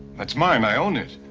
it's mine. i own it.